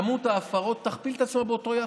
כמות ההפרות תכפיל את עצמה באותו יחס.